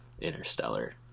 interstellar